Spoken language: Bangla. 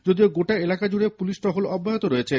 যদিও গোটা এলাকা জুড়ে পুলিশি টহল অব্যাহত রয়েছে প